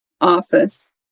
office